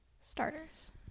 starters